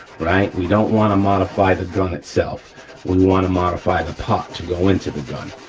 right, we don't wanna modify the gun itself, we wanna modify the part to go into the gun.